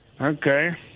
okay